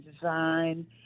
design